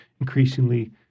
increasingly